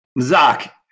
Zach